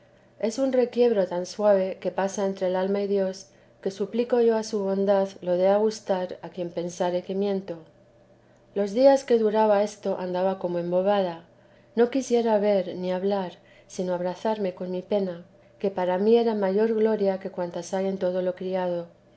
es un requiebro tan suave que pasa entre el alma y dios que suplico yo a su bondad lo dé a gustar a quien pensar ci los días que duraba esto andaba como embobada no quisiera ver ni hablar sino abrazarme con mi pena que para mí era mayor gloria que cuantas hay en todo lo criado